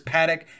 Paddock